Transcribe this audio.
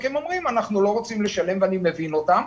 הם אומרים אנחנו לא רוצים לשם, ואני מבין אותם.